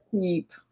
keep